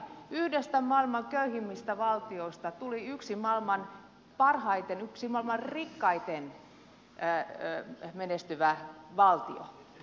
yhdestä maailman köyhimmistä valtioista tuli yksi maailman rikkaimpia yksi parhaiten menestyvä valtio